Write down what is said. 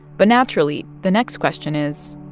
but naturally, the next question is,